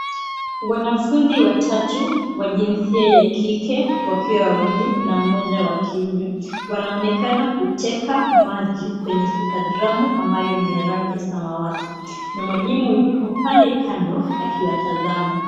Wanafunzi watatu wa jinsia ya kike wakiwa wawili na mmoja wa kiume, wanaonekana kuteka maji kwenye Super Drum ambayo ni ya rangi ya samawati na mwalimu yuko pale kando akiwatazama.